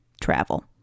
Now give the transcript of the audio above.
travel